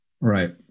Right